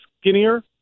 skinnier